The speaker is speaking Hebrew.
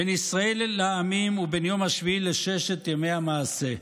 בין ישראל לעמים ובין יום השביעי לששת ימי המעשה.